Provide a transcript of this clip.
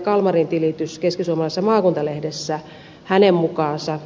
kalmarin tilitys keskisuomalaisessa maakuntalehdessä hänen mukaansa